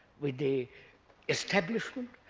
with the establishment,